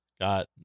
got